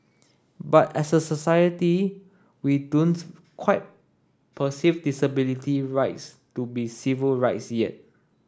but as a society we don't quite perceive disability rights to be civil rights yet